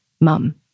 mum